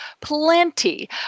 plenty